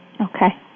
Okay